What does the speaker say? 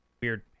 weird